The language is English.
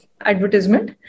advertisement